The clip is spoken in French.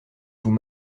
vous